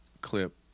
clip